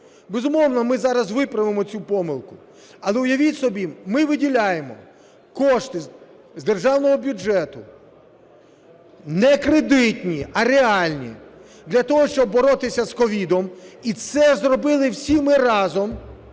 Безумовно, ми зараз виправимо цю помилку. Але, уявіть собі, ми виділяємо кошти з державного бюджету не кредитні, а реальні для того, щоб боротися з COVID. І це зробили всі ми разом,